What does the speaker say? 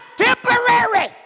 temporary